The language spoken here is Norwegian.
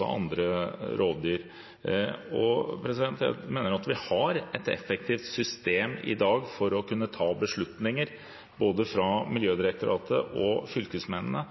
andre rovdyr. Jeg mener at vi har et effektivt system i dag for å kunne ta beslutninger, både hos Miljødirektoratet og hos fylkesmennene.